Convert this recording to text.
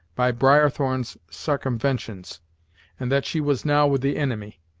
by briarthorn's sarcumventions and that she was now with the inimy,